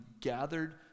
gathered